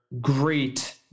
great